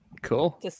Cool